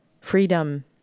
Freedom